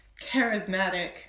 charismatic